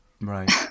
Right